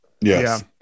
Yes